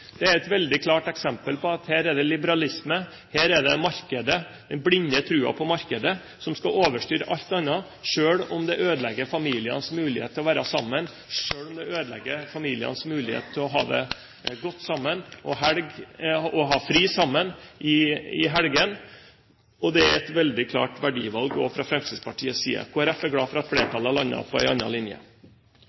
Det er et veldig klart eksempel på at her er det liberalisme, her er det den blinde troen på markedet som skal overstyre alt annet, selv om det ødelegger familienes mulighet til å være sammen, selv om det ødelegger familienes mulighet til å ha det godt sammen og ha fri sammen i helgene. Det er et veldig klart verdivalg fra Fremskrittspartiets side. Kristelig Folkeparti er glad for at flertallet har landet på en annen linje.